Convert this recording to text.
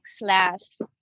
last